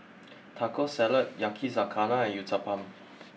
Taco Salad Yakizakana and Uthapam